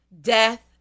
Death